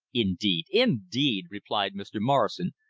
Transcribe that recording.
indeed, indeed! replied mr. morrison,